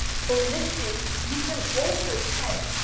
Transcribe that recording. so in this case, you can also say,